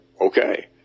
Okay